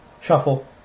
Shuffle